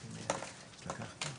במקצועי.